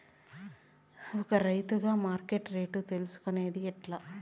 ఒక రైతుగా మార్కెట్ రేట్లు తెలుసుకొనేది ఎట్లా?